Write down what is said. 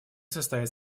состоит